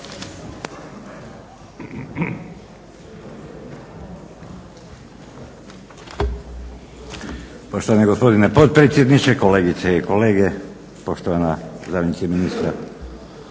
Poštovani gospodine potpredsjedniče, kolegice i kolege, poštovana zamjenice ministra.